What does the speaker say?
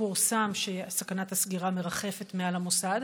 פורסם שסכנת הסגירה מרחפת מעל המוסד,